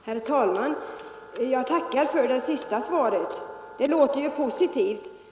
Herr talman! Jag tackar för det senaste svaret — det låter ju positivt.